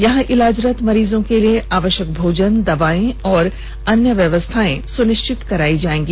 यहां इलाजरत मरीजों के लिए आवश्यक भोजन दवा एवं अन्य व्यवस्थाएं सुनिश्चित करायी जाएगी